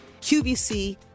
QVC